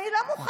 אני לא מוכן.